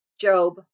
Job